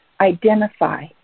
identify